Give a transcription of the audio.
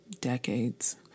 decades